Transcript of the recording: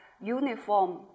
uniform